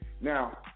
Now